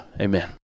amen